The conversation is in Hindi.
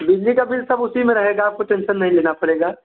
बिजली का बिल सब उसी में रहेगा आपको टेंसन नहीं लेना पड़ेगा